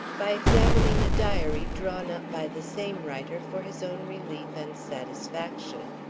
by examining a diary drawn up by the same writer for his own relief and satisfaction.